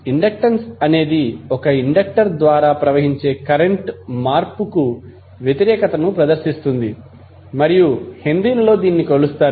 inductance అనేది ఒక inductor ద్వారా ప్రవహించే కరెంట్ మార్పుకు వ్యతిరేకతను ప్రదర్శిస్తుంది మరియు హెన్రీలలో కొలుస్తారు